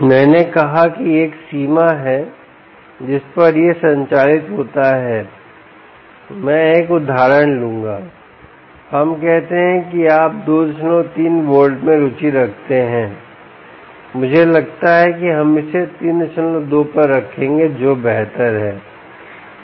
मैंने कहा कि एक सीमा है जिस पर यह संचालित होता है मैं एक उदाहरण लूंगा हम कहते हैं कि आप 23 वोल्ट में रुचि रखते हैं मुझे लगता है कि हम इसे 32 पर रखेंगे जो बेहतर है